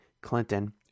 Clinton